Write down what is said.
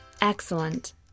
Excellent